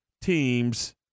teams